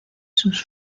sus